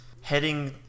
heading